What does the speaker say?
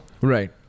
Right